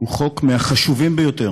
הוא מהחשובים ביותר